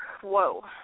whoa